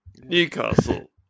Newcastle